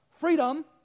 Freedom